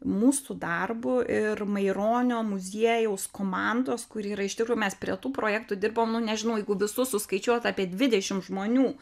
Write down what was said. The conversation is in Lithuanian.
mūsų darbu ir maironio muziejaus komandos kuri yra iš tikrųjų mes prie tų projektų dirbom nu nežinau jeigu visus suskaičiuot apie dvidešim žmonių